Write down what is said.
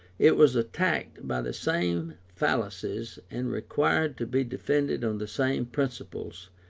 it was attacked by the same fallacies, and required to be defended on the same principles,